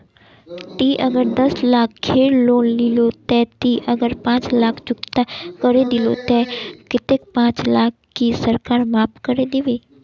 ती अगर दस लाख खेर लोन लिलो ते ती अगर पाँच लाख चुकता करे दिलो ते कतेक पाँच लाख की सरकार माप करे दिबे?